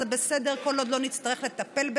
שזה בסדר כל עוד לא נצטרך לטפל בזה,